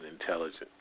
intelligent